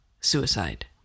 suicide